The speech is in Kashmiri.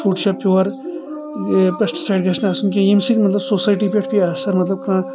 فوٚڈ چھا پِیو یہِ پیٚسٹ سایڈ گژھنہٕ آسُن کینٛہہ ییٚمہِ سۭتۍ مطلب سوسایٹی پٮ۪ٹھ پے اثر مطلب کانٛہہ